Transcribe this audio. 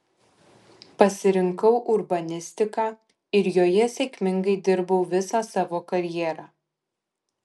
pasirinkau urbanistiką ir joje sėkmingai dirbau visą savo karjerą